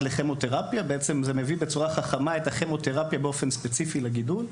לכימותרפיה שמביא בצורה חכמה את הכימותרפיה באופן ספציפי לגידול,